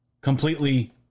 completely